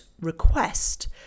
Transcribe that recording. request